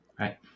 right